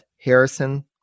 Harrison